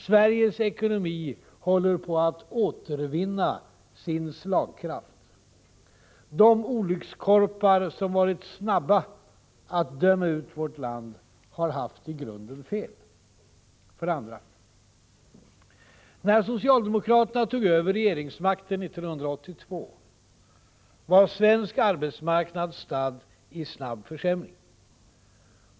Sveriges ekonomi håller på att återvinna sin slagkraft. De olyckskorpar som varit snabba att döma ut vårt land har haft i grunden fel. För det andra: När socialdemokraterna tog över regeringsmakten 1982, var svensk arbetsmarknad stadd i snabb försämring.